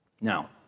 Now